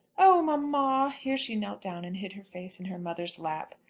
oh, mamma! here she knelt down and hid her face in her mother's lap.